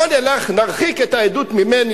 בוא נרחיק את העדות ממני,